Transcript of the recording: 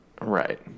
right